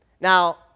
Now